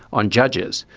on judges.